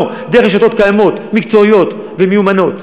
לא, דרך רשתות קיימות, מקצועיות ומיומנות.